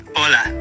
Hola